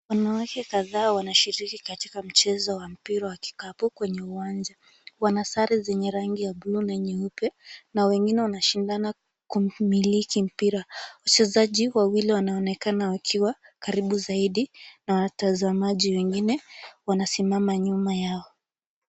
Wanawake kadhaa wanashiriki kwenye mchezo wa mpira wa kikapu kwenye uwanja. wana sare zenye rangi ya buluu na nyeupe na wengine wanshindina kuumiliki mpira, wachezaji wawili wanaonekana wakiwa karibu zaidi na wanatazamaji wengine wanasimama nyuma yao.